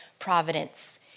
providence